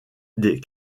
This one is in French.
des